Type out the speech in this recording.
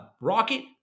rocket